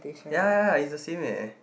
yeah yeah yeah it's the same eh